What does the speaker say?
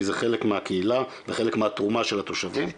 כי זה חלק מהקהילה וחלק מהתרומה של התושבים וכמובן,